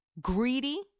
greedy